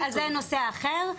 זה נושא אחר,